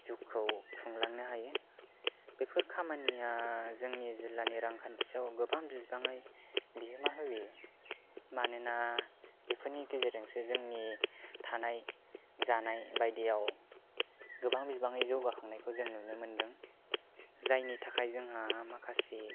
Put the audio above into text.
जिउखौ खुंलांनो हायो बेफोर खामानिया जोंनि जिल्लानि रांखान्थियाव गोबां बिबाङै बिहोमा होबोयो मानोना बेफोरनि गेजेरजोंसो जोंनि थांनाय जानाय बायदियाव गोबां बिबाङै जौगाखांनायखौ जों नुनो मोन्दों जायनि थाखाय जोंहा माखासे